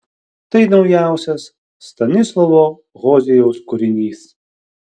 tai naujausias stanislavo hozijaus kūrinys